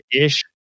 ish